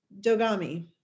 Dogami